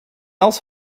else